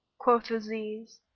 quoth aziz,